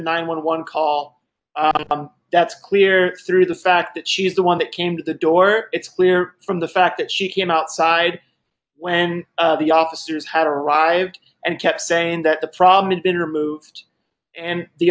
eleven call that's clear through the fact that she is the one that came to the door it's clear from the fact that she came outside when the officers had arrived and kept saying that the problem has been removed and the